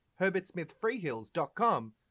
herbertsmithfreehills.com